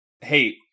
Hey